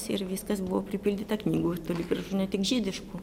ir viskas buvo pripildyta knygų ir toli gražu ne tik žydiškų